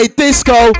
disco